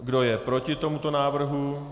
Kdo je proti tomuto návrhu?